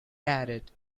added